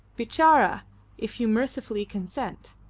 bitcharra if you mercifully consent.